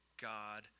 God